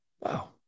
wow